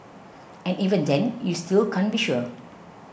and even then you still can't be sure